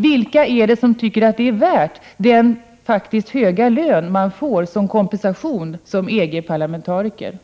Vilka är det som tycker att det är värt den höga lön man får som EG-parlamentariker i kompensation?